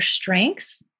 strengths